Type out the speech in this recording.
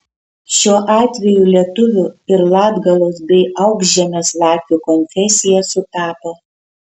šiuo atveju lietuvių ir latgalos bei aukšžemės latvių konfesija sutapo